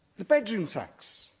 the bedroom tax.